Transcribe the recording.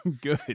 good